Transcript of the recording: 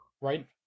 Right